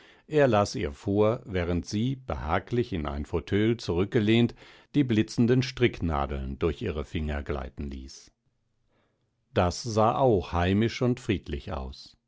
er las ihr vor während sie behaglich in einen fauteuil zurückgelehnt die blitzenden stricknadeln durch ihre finger gleiten ließ das sah auch heimisch und friedlich aus